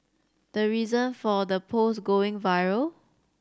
the reason for the post going viral